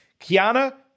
Kiana